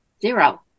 Zero